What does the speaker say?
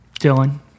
Dylan